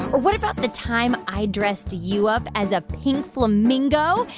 or what about the time i dressed you up as a pink flamingo,